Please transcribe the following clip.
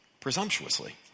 presumptuously